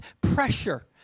pressure